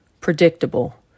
predictable